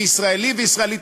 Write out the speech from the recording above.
וישראלי וישראלית,